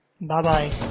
Bye-bye